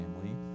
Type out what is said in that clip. family